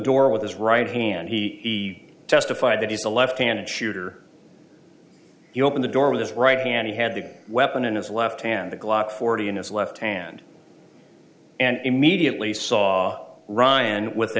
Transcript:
door with his right hand he testified that is a left hand shooter you open the door with his right hand he had the weapon in his left hand the glock forty in his left hand and immediately saw ryan with a